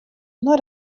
nei